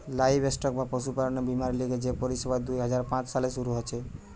livestock বা পশুপালনের বীমার লিগে যে পরিষেবা দুই হাজার পাঁচ সালে শুরু হিছে